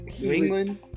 England